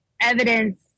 evidence